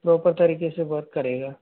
proper तरीके से work करेगा